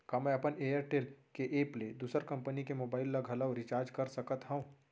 का मैं अपन एयरटेल के एप ले दूसर कंपनी के मोबाइल ला घलव रिचार्ज कर सकत हव?